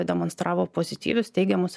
demonstravo pozityvius teigiamus